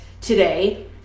today